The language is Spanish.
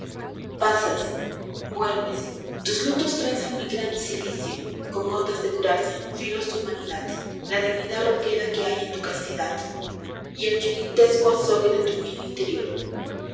pasas vuelves tus lutos trenzan mi gran cilicio con gotas de curare filos de humanidad la dignidad roquera que hay en tu castidad y el judithesco azogue de tu miel interior